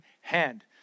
hand